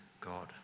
God